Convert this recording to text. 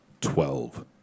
Twelve